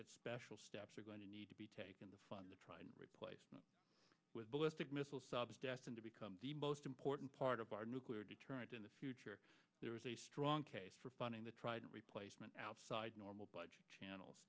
that special steps are going to need to be taken to fund the pride replacement with ballistic missile subs destined to become the most important part of our nuclear deterrent in the future there is a strong case for funding the trident replacement outside normal budget channels